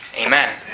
Amen